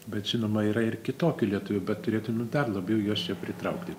bet žinoma yra ir kitokių lietuvių bet turėtumėm dar labiau juos čia pritraukti